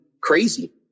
crazy